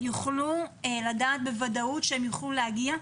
יוכלו לדעת בוודאות שהם יכולים להגיע.